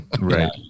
Right